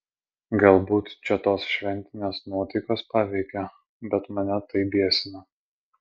galbūt čia tos šventinės nuotaikos paveikė bet mane tai biesina